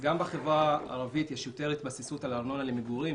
בחברה הערבית יש יותר התבססות על הארנונה למגורים.